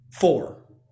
Four